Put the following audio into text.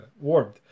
warmed